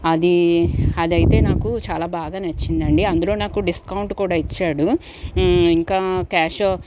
అది అదైతే నాకు చాలా బాగా నచ్చిందండీ అందులో నాకు డిస్కౌంట్ కూడా ఇచ్చాడు ఇంకా క్యాషో